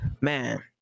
man